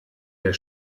der